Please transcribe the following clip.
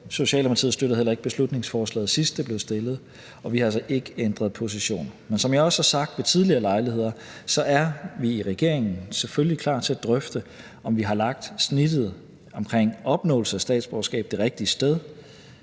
Socialdemokratiet støttede heller ikke beslutningsforslaget, sidst det blev fremsat, og vi har altså ikke ændret position. Men som jeg også har sagt ved tidligere lejligheder, er vi i regeringen selvfølgelig klar til at drøfte, om vi har lagt snittet omkring opnåelse af statsborgerskab det rigtige sted.